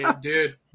dude